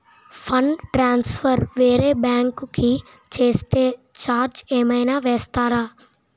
Fund transfer వేరే bank కి చేస్తే ఛార్జ్ ఏమైనా వేస్తారా?